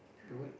do what